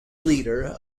leader